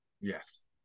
Yes